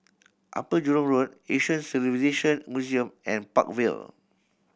Upper Jurong Road Asian Civilisation Museum and Park Vale